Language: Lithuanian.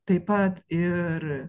taip pat ir